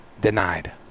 Denied